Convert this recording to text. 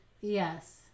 Yes